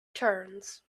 turns